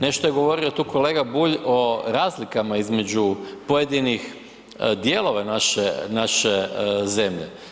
Nešto je govorio tu kolega Bulj o razlikama između pojedinih dijelova naše, naše zemlje.